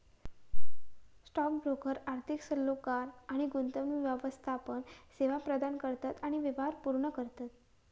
stock broker आर्थिक सल्लोगार आणि गुंतवणूक व्यवस्थापन सेवा प्रदान करतत आणि व्यवहार पूर्ण करतत